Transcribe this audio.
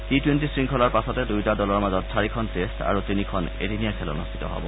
T twenty শৃংখলাৰ পাছতে দুয়োটা দলৰ মাজত চাৰিখন টেষ্ট আৰু তিনিখন এদিনীয়া খেল অনুষ্ঠিত হ'ব